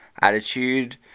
attitude